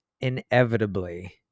inevitably